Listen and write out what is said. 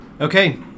Okay